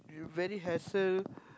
you very hassle